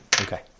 Okay